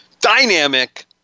dynamic